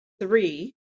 three